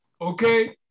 okay